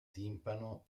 timpano